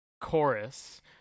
chorus